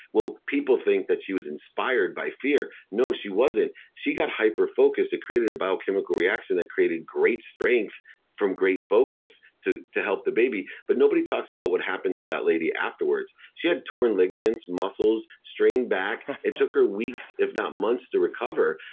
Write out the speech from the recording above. well, people think that she was inspired by fear. no, she wasn't. she got hyper-focused and created a biochemical reaction that created great strength from great focus to to help the baby. but nobody talks about what happened to that lady afterwards. she had torn ligaments, muscles, strained back. it took her weeks, if not months, to recover.